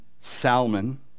Salmon